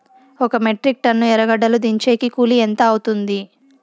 ఒక metric ton ఎర్రగడ్డలు దించేకి కూలి ఎంత అవుతుంది?